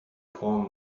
poem